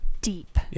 deep